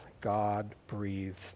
god-breathed